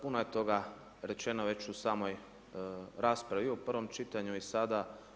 Puno je toga rečeno već u samoj raspravi i u prvom čitanju i sada.